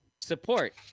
Support